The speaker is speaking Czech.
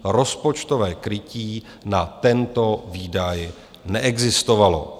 Rozpočtové krytí na tento výdaj neexistovalo.